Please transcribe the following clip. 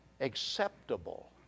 acceptable